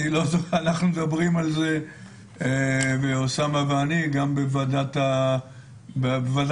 אוסאמה ואני מדברים על זה גם בוועדת הפנים,